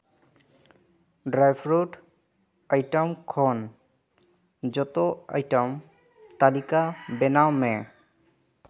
dry fruit item ᱠᱷᱚᱱ ᱡᱚᱛᱚ item ᱛᱟᱞᱤᱠᱟ ᱵᱮᱱᱟᱣ ᱢᱮ